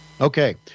Okay